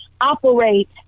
operate